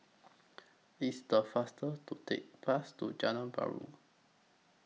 It's The faster to Take Bus to Jalan Perahu